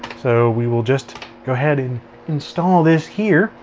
so we will just go ahead and install this here.